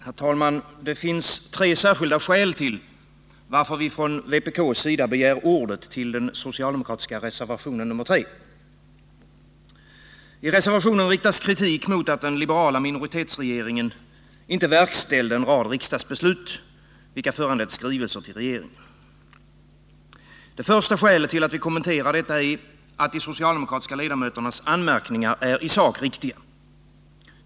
Herr talman! Det finns tre särskilda skäl till att vi från vpk:s sida begär ordet med anledning av den socialdemokratiska reservationen nr 3. I reservationen riktas kritik mot att den liberala minoritetsregeringen icke verkställde en rad riksdagsbeslut, vilka föranledde skrivelser till regeringen. Det första skälet till att vi kommenterar detta är att de socialdemokratiska ledamöternas anmärkningar i sak är riktiga.